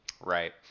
Right